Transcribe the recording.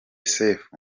sefu